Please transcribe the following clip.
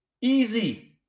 Easy